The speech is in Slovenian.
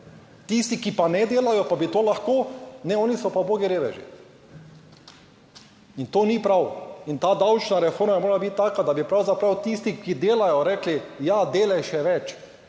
Tisti, ki pa ne delajo, pa bi to lahko, ne, oni so pa ubogi reveži. In to ni prav. In ta davčna reforma morala biti taka, da bi pravzaprav tisti, ki delajo rekli, ja, delež še več,